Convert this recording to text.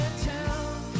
town